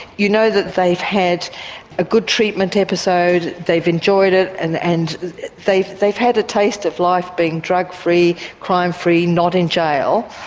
you know that they've had a good treatment episode, they've enjoyed it, and and they've they've had a taste of life of being drug free, crime free, not in jail.